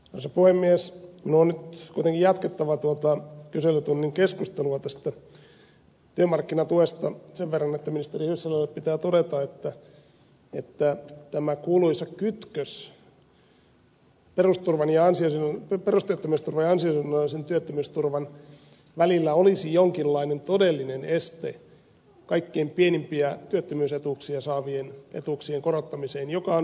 minun on nyt kuitenkin jatkettava tuota kyselytunnin keskustelua työmarkkinatuesta sen verran että ministeri hyssälälle pitää todeta että tämä kuuluisa kytkös perustyöttömyysturvan ja ansio sidonnaisen työttömyysturvan välillä olisi jonkinlainen todellinen este kaikkein pienimpiä työttömyysetuuksia saavien etuuksien korottamiseen joka on välttämätöntä